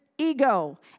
ego